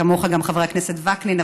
כמוך גם חבר הכנסת וקנין.